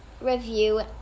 review